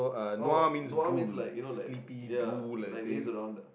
oh nua means like you know like ya like laze around ah